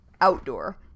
outdoor